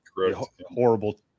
horrible